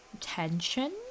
tension